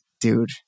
dude